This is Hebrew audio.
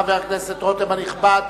חבר הכנסת רותם הנכבד,